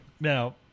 Now